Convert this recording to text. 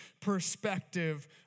perspective